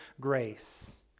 grace